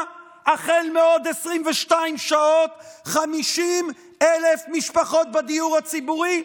החל מעוד 22 שעות 50,000 משפחות בדיור הציבורי?